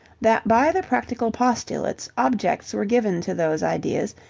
that by the practical postulates objects were given to those ideas,